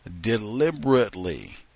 deliberately